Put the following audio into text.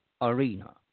arena